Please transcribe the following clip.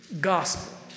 gospel